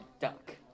duck